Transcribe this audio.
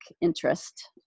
interest